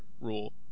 rule